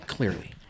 Clearly